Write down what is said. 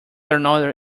another